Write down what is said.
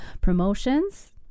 promotions